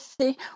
see